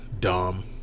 dumb